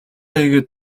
хийгээд